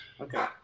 Okay